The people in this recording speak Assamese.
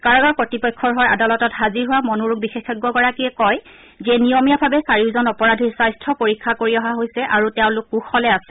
কাৰাগাৰ কৰ্তৃপক্ষৰ হৈ আদালতত হাজিৰ হোৱা মনোৰোগ বিশেষজ্ঞগৰাকীয়ে কয় যে নিয়মীয়াভাৱে চাৰিওজন অপৰাধীৰ স্বাস্থ্য পৰীক্ষা কৰি অহা হৈছে আৰু তেওঁলোক কুশলে আছে